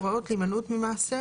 הוראות להימנעות ממעשה,